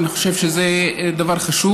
ואני חושב שזה דבר חשוב,